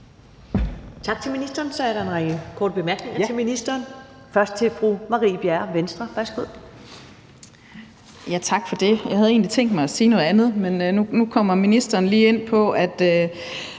Tak til ministeren. Så er der en række korte bemærkninger til ministeren. Først er det fru Marie Bjerre, Venstre. Værsgo. Kl. 13:13 Marie Bjerre (V): Tak for det. Jeg havde egentlig tænkt mig at sige noget andet, men nu kommer ministeren lige ind på, at